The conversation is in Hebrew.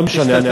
לא משנה.